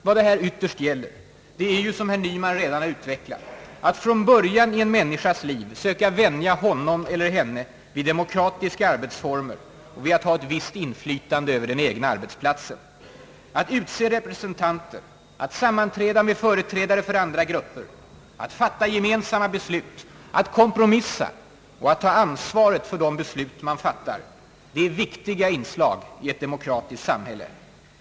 Vad det här ytterst gäller är ju, som herr Nyman redan har utvecklat, att från början av en människas liv söka vänja honom eller henne vid demokratiska arbetsformer och vid att ha ett visst inflytande över den egna arbetsplatsen. Att utse representanter, att sammanträda med företrädare för andra grupper, att fatta gemensamma beslut, att kompromissa och att ta ansvaret för de beslut man fattar — det är viktiga inslag i ett demokratiskt samhälle.